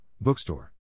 Bookstore